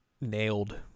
nailed